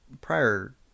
prior